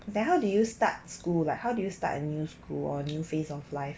then how do you start school like how do you start a new school or new phase of life